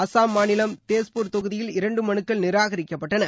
அசாம் மாநிலம் தேஸ்பூர் தொகுதியில் இரண்டு மனுக்கள் நிராகரிக்கப்பட்டன